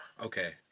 Okay